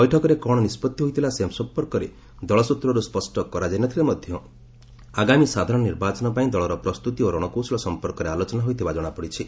ବୈଠକରେ କ'ଣ ନିଷ୍ପଭି ହୋଇଥିଲା ସେ ସଂପର୍କରେ ଦଳ ସ୍ୱତ୍ରରୁ ସ୍ୱଷ୍ଟ କରାଯାଇନଥିଲେ ମଧ୍ୟ ଆଗାମୀ ସାଧାରଣ ନିର୍ବାଚନ ପାଇଁ ଦଳର ପ୍ରସ୍ତୁତି ଓ ରଣକୌଶଳ ସଂପର୍କରେ ଆଲୋଚନା ହୋଇଥିବା କ୍ଷଣାପଡ଼ିଛି